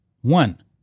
one